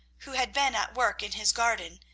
who had been at work in his garden,